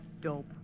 dope